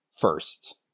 first